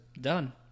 Done